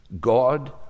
God